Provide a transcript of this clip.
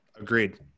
Agreed